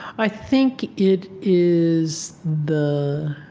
i think it is the